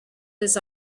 its